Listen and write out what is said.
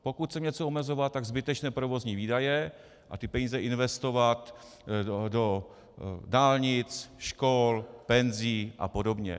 Pokud chceme něco omezovat, tak zbytečné provozní výdaje a ty peníze investovat do dálnic, škol, penzí a podobně.